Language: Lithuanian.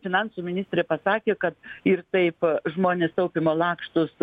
finansų ministrė pasakė kad ir taip žmonės taupymo lakštus